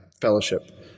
fellowship